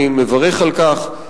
אני מברך על כך.